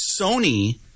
sony